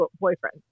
boyfriend